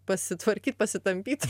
pasitvarkyt pasitampyt